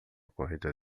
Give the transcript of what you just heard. corrida